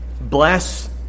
Bless